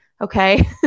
Okay